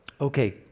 Okay